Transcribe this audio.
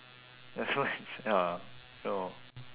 that's why it's ya ya